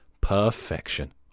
Perfection